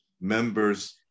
members